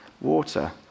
water